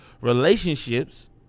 relationships